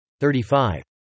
35